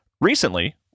recently